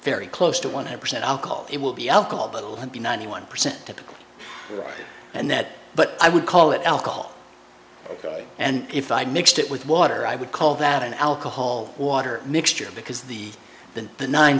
very close to one hundred percent alcohol it will be alcohol but it wouldn't be ninety one percent typical right and that but i would call it alcohol and if i mixed it with water i would call that an alcohol water mixture because the than the nine